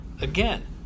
Again